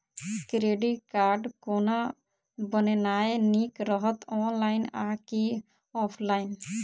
Credit card कोना बनेनाय नीक रहत? ऑनलाइन आ की ऑफलाइन?